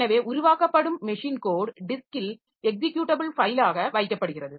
எனவே உருவாக்கப்படும் machine code டிஸ்க்கில் எக்ஸிக்யுட்டபில் ஃபைலாக வைக்கப்படுகிறது